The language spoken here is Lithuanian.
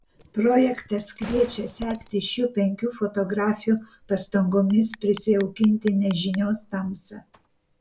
projektas kviečia sekti šių penkių fotografių pastangomis prisijaukinti nežinios tamsą